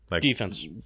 Defense